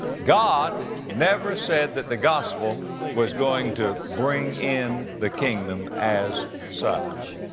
god never said that the gospel was going to bring in the kingdom, as such.